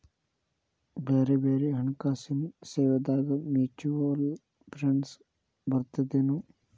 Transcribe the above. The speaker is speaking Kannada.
ಬ್ಯಾರೆ ಬ್ಯಾರೆ ಹಣ್ಕಾಸಿನ್ ಸೇವಾದಾಗ ಮ್ಯುಚುವಲ್ ಫಂಡ್ಸ್ ಬರ್ತದೇನು?